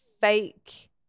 fake